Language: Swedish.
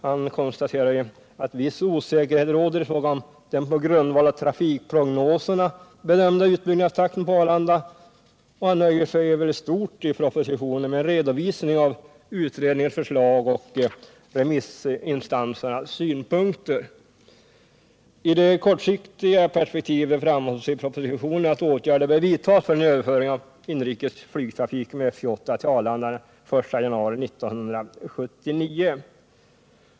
Han konstaterar att viss osäkerhet råder i fråga om den på grundval av trafikprognoserna bedömda utbyggnadstakten på Arlanda och han nöjer sig i stort i propositionen med en redovisning av utredningens förslag och remissinstansernas synpunkter. I det kortsiktiga perspektivet framhålls i propositionen att åtgärder bör vidtas för en överföring av inrikesflygtrafiken med F-28 till Arlanda den 1 januari 1979.